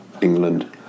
England